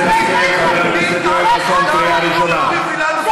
היושב-ראש, בסטנדרט הנלוז הזה.